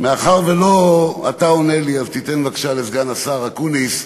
מאחר שלא אתה עונה לי, אז תיתן לסגן השר אקוניס,